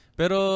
pero